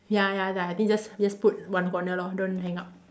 ya ya ya I think just just put one corner lor don't hang up